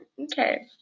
okay